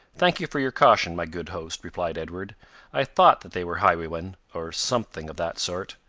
thank you for your caution, my good host, replied edward i thought that they were highwaymen, or something of that sort.